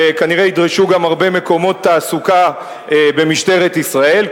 וכנראה ידרשו גם הרבה מקומות תעסוקה במשטרת ישראל,